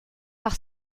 par